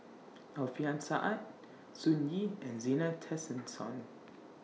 Alfian Sa'at Sun Yee and Zena Tessensohn